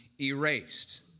erased